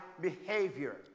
behavior